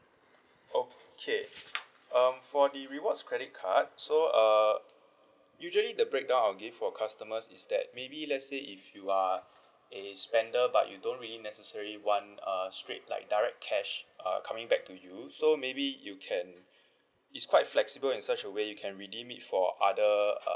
okay um for the rewards credit card so uh usually the breakdown I'll give for customers is that maybe let's say if you are a spender but you don't really necessarily want uh straight like direct cash uh coming back to you so maybe you can it's quite flexible in such a way you can redeem it for other uh